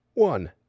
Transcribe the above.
One